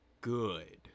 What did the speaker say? good